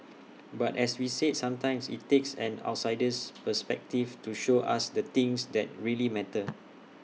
but as we said sometimes IT takes an outsider's perspective to show us the things that really matter